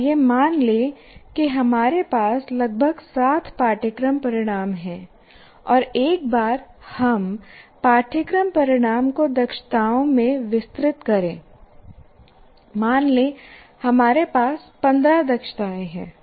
आइए मान लें कि हमारे पास लगभग 7 पाठ्यक्रम परिणाम हैं और एक बार हम पाठ्यक्रम परिणाम को दक्षताओं में विस्तृत करें मान लें हमारे पास 15 दक्षताएं हैं